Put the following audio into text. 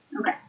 Okay